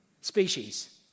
species